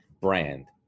brand